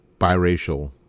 biracial